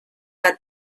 que